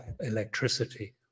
electricity